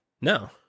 No